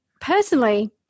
personally